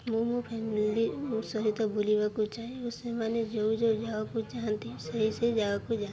ମୁଁ ମୋ ଫ୍ୟାମିଲି ସହିତ ବୁଲିବାକୁ ଚାହେଁ ଓ ସେମାନେ ଯେଉଁ ଯେଉଁ ଜାଗକୁ ଯାଆନ୍ତି ସେହି ସେହି ଜାଗାକୁ ଯାଆନ୍ତି